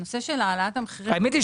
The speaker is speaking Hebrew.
הנושא של העלאת המחירים --- האמת היא,